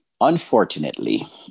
Unfortunately